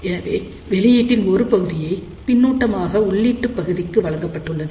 எனவே வெளியீட்டின் ஒரு பகுதியை பின்னூட்டமாக உள்ளீட்டுப் பகுதிக்கு வழங்கப்பட்டுள்ளது